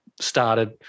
started